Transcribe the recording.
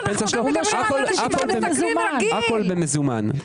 הכול במזומן.